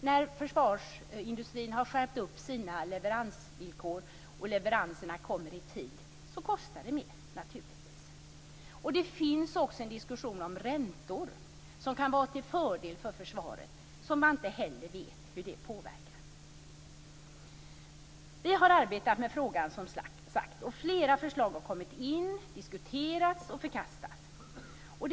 När försvarsindustrin nu skärpt sina villkor och leveranserna kommer i tid kostar det naturligtvis mer. Det finns också en diskussion om räntor, som kan vara till fördel för försvaret, som man inte heller vet hur det påverkar. Vi har arbetat med frågan. Flera förslag har kommit fram, diskuterats och förkastats.